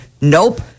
nope